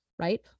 right